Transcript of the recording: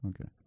Okay